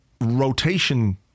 rotation